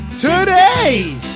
Today